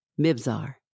Mibzar